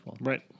Right